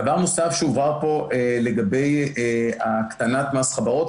דבר נוסף שהועלה פה הוא לגבי הקטנת מס חברות,